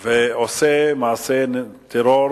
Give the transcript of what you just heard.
במדים ועושה מעשה טרור